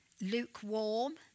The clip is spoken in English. lukewarm